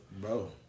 bro